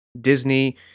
Disney